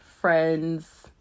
friends